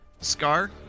Scar